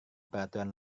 peraturan